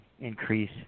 increase